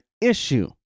issue